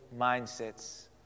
mindsets